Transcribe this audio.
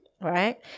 Right